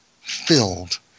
filled